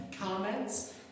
comments